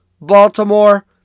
Baltimore